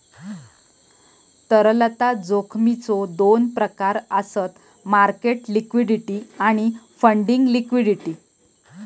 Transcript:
तरलता जोखमीचो दोन प्रकार आसत मार्केट लिक्विडिटी आणि फंडिंग लिक्विडिटी